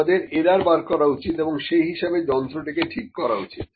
আমাদের এরার বার করা উচিত এবং সেই হিসেবে যন্ত্রটিকে ঠিক করা উচিত